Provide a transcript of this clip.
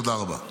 תודה רבה.